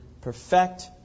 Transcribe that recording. perfect